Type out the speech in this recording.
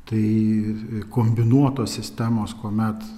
tai kombinuotos sistemos kuomet